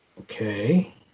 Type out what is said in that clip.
Okay